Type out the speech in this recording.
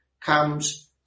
comes